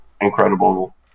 incredible